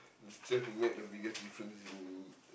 the teacher who made the biggest difference in